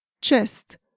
chest